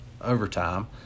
overtime